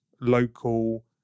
local